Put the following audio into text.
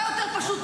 מה יותר פשוט,